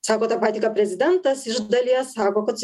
sako tą patį ką prezidentas iš dalies sako kad